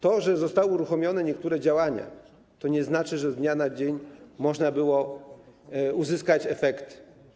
To, że zostały uruchomione niektóre działania, nie znaczy, że z dnia na dzień można było uzyskać efekty.